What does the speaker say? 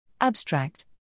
Abstract